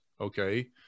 okay